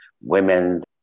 women